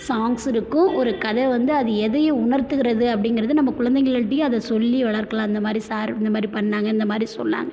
songs இருக்கும் ஒரு கதை வந்து அதை எதைய உணர்த்துகிறது அப்படிங்கிறது நம்ம குழந்தைகள்ட்டையும் அத சொல்லி வளர்க்கலாம் இந்த மாதிரி சார் இந்த மாதிரி பண்ணிணாங்க இந்த மாதிரி சொன்னாங்க